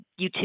YouTube